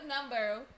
number